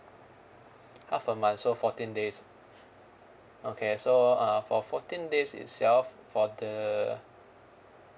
half a month so fourteen days okay so uh for fourteen days itself for the